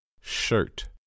shirt